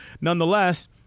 nonetheless